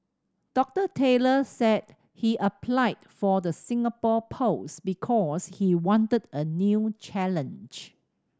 Doctor Taylor said he applied for the Singapore post because he wanted a new challenge